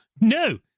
No